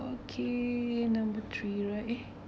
okay number three right eh